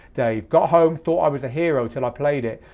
dave. got home, thought i was a hero till i played it.